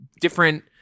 different